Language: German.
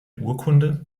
urkunde